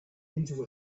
into